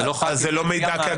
אז זה לא מידע כהגדרתו.